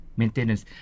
maintenance